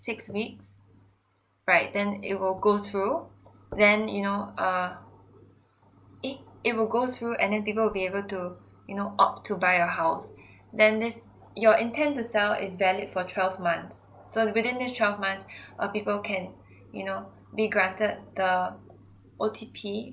six weeks right then it will go though then you know err eh it will go through and then people will be able to you know opt to buy your house then this your intent to sell is valid for twelve months so within this twelve months a people can you know be granted the O_T_P